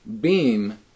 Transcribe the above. beam